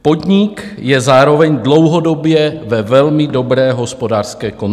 Podnik je zároveň dlouhodobě ve velmi dobré hospodářské kondici.